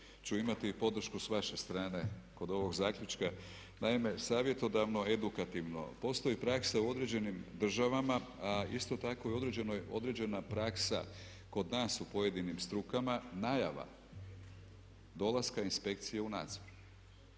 ću imati i podršku s vaše strane kod ovog zaključka. Naime, savjetodavno-edukativno. Postoji praksa u određenim državama a isto tako i određena praksa kod nas u pojedinim strukama najava dolaska inspekcije u nadzor.